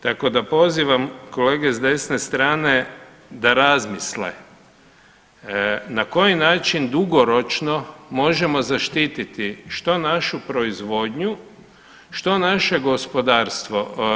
Tako da pozivam kolege s desne strane da razmisle na koji način dugoročno možemo zaštiti što našu proizvodnju, što naše gospodarstvo.